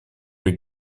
при